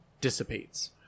dissipates